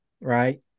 right